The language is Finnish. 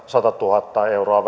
satatuhatta euroa